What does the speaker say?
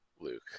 Luke